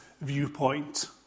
viewpoint